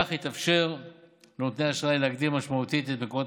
כך יתאפשר לנותני האשראי להגדיל משמעותית את מקורות